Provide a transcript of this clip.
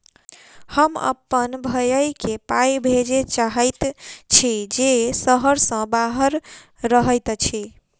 हम अप्पन भयई केँ पाई भेजे चाहइत छि जे सहर सँ बाहर रहइत अछि